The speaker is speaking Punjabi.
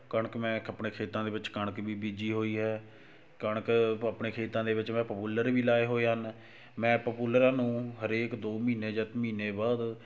ਕਣਕ ਮੈਂ ਆਪਣੇ ਖੇਤਾਂ ਦੇ ਵਿੱਚ ਕਣਕ ਵੀ ਬੀਜੀ ਹੋਈ ਹੈ ਕਣਕ ਆਪਾਂ ਆਪਣੇ ਖੇਤਾਂ ਦੇ ਵਿੱਚ ਮੈਂ ਪਾਪੂਲਰ ਵੀ ਲਗਾਏ ਹੋਏ ਹਨ ਮੈਂ ਪਪੂਲਰਾਂ ਨੂੰ ਹਰੇਕ ਦੋ ਮਹੀਨੇ ਜਾਂ ਮਹੀਨੇ ਬਾਅਦ